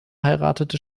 heiratete